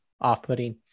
off-putting